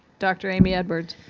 dr. amy edwards.